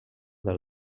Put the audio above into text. del